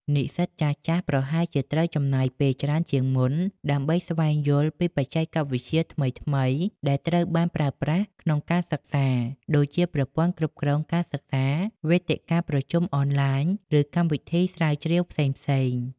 និស្សិតចាស់ៗប្រហែលជាត្រូវចំណាយពេលច្រើនជាងមុន ដើម្បីស្វែងយល់ពីបច្ចេកវិទ្យាថ្មីៗដែលត្រូវបានប្រើប្រាស់ក្នុងការសិក្សា ដូចជាប្រព័ន្ធគ្រប់គ្រងការសិក្សា វេទិកាប្រជុំអនឡាញ ឬកម្មវិធីស្រាវជ្រាវផ្សេងៗ។